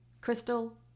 Crystal